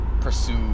pursue